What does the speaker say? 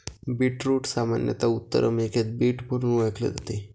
beetroot सामान्यत उत्तर अमेरिकेत बीट म्हणून ओळखले जाते